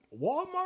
Walmart